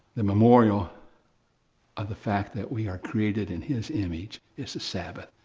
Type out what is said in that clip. the memorial of the fact that we are created in his image is the sabbath.